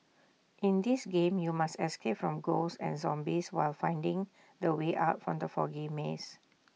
in this game you must escape from ghosts and zombies while finding the way out from the foggy maze